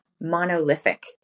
monolithic